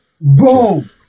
Boom